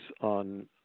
on